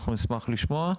אנחנו נשמח לשמוע.